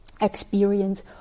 experience